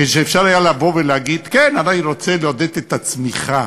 שאפשר היה להגיד: כן, אני רוצה לעודד את הצמיחה